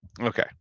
Okay